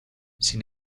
sin